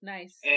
Nice